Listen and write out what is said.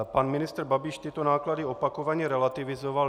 Pan ministr Babiš tyto náklady opakovaně relativizoval.